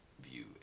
view